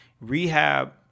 Rehab